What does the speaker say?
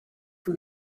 from